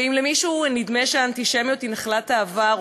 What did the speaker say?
ואם למישהו נדמה שהאנטישמיות היא נחלת העבר,